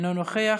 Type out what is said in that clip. אינו נוכח.